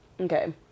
Okay